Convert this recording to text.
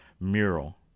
mural